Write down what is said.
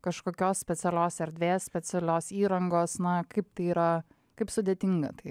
kažkokios specialios erdvės specialios įrangos na kaip tai yra kaip sudėtinga tai